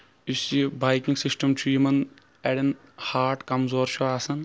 یُس یہِ banking system چھُ یِمن اَڈین ہاٹ کَمزور چھُ آسان